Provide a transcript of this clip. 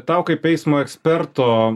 tau kaip eismo eksperto